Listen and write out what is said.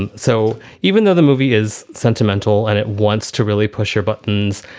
and so even though the movie is sentimental and it wants to really push your buttons,